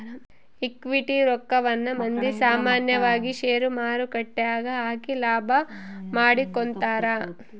equity ರಕ್ಕವನ್ನ ಮಂದಿ ಸಾಮಾನ್ಯವಾಗಿ ಷೇರುಮಾರುಕಟ್ಟೆಗ ಹಾಕಿ ಲಾಭ ಮಾಡಿಕೊಂತರ